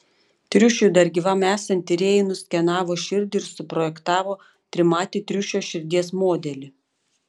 triušiui dar gyvam esant tyrėjai nuskenavo širdį ir suprojektavo trimatį triušio širdies modelį